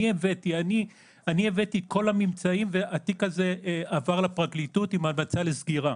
אני הבאתי את כל הממצאים והתיק הזה עבר לפרקליטות עם המלצה לסגירה.